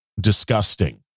disgusting